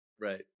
Right